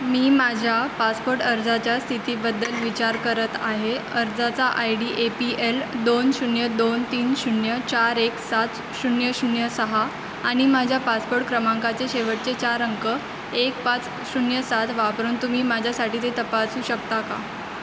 मी माझ्या पासपोट अर्जाच्या स्थितीबद्दल विचार करत आहे अर्जाचा I D A P L दोन शून्य दोन तीन शून्य चार एक सात शून्य शून्य सहा आणि माझ्या पासपोट क्रमांकाचे शेवटचे चार अंक एक पाच शून्य सात वापरून तुम्ही माझ्यासाठी ते तपासू शकता का